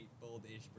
bold-ish